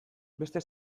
beste